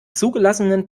zugelassenen